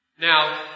Now